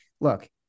Look